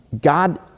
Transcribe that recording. God